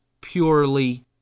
purely